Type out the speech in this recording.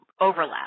overlap